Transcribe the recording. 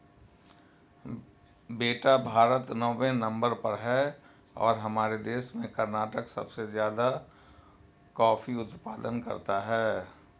बेटा भारत नौवें नंबर पर है और हमारे देश में कर्नाटक सबसे ज्यादा कॉफी उत्पादन करता है